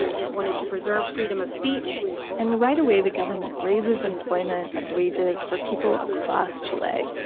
and it wanted to preserve freedom of speech and right away the government raises employment and wages for people across chile,